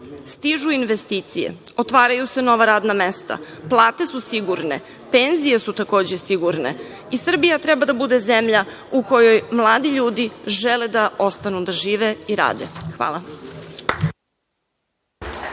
stižu investicije, otvaraju se nova radna mesta, plate su sigurne, penzije su takođe sigurne, i Srbija treba da bude zemlja u kojoj mladi ljudi žele da ostanu da žive i rade. Hvala.